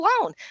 alone